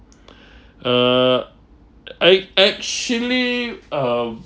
err I actually um